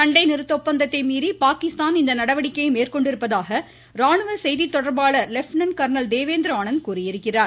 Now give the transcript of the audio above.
சண்டை நிறுத்த ஒப்பந்தத்தை மீறி பாகிஸ்தான் இந்த நடவடிக்கையை மேற்கொண்டிருப்பதாக ராணுவ செய்தி தொடர்பாளர் லெப்டினன்ட் கர்னல் தேவேந்திர ஆனந்த் கூறியிருக்கிறார்